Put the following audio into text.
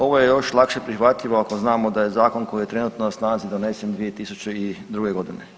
Ovo je još lakše prihvatljivo ako znamo da je zakon koji je trenutno na snazi donesen 2002. godine.